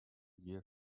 year